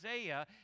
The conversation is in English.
Isaiah